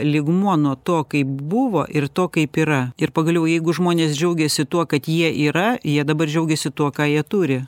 lygmuo nuo to kaip buvo ir to kaip yra ir pagaliau jeigu žmonės džiaugiasi tuo kad jie yra jie dabar džiaugiasi tuo ką jie turi